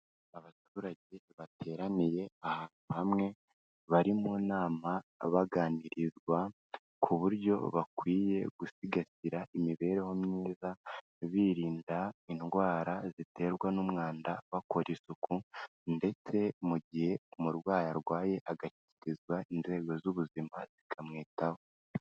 Abaturage bateraniye ahantu hamwe, bari mu nama baganirirwa ku buryo bakwiye gusigasira imibereho myiza birinda indwara ziterwa n'umwanda, bakora isuku ndetse mu gihe umurwayi arwaye agashyikirizwa inzego z'ubuzima zikamwitaho.